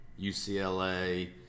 UCLA –